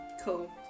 Cool